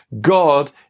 God